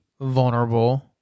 vulnerable